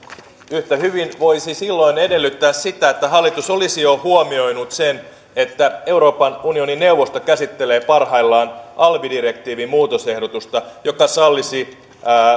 yhtä hyvin voisi silloin edellyttää sitä että hallitus olisi jo huomioinut sen että euroopan unionin neuvosto käsittelee parhaillaan alvidirektiivin muutosehdotusta joka sallisi